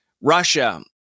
Russia